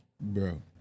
bro